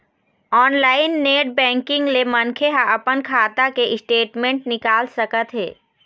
online net banking ले मनखे ह अपन खाता के स्टेटमेंट निकाल सकत हे